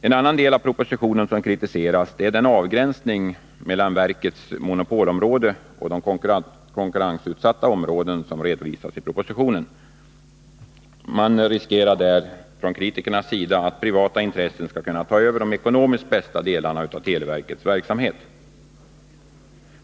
En annan del av propositionen som kritiseras gäller den avgränsning mellan verkets monopolområde och konkurrensutsatta områden som redovisas i propositionen. Från kritikernas sida framhålls att man riskerar att privata intressen skall kunna ta över de ekonomiskt bästa delarna av televerkets verksamhet.